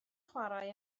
chwarae